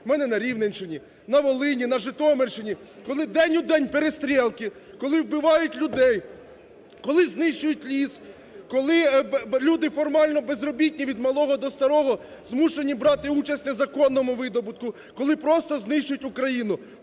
у мене на Рівненщині, на Волині, на Житомирщині, коли день у день перестрелки, коли вбивають людей, коли знищують ліс, коли люди формально безробітні від малого й до старого змушені брати участь у незаконному видобутку, коли просто знищують Україну.